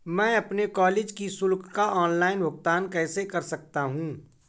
मैं अपने कॉलेज की शुल्क का ऑनलाइन भुगतान कैसे कर सकता हूँ?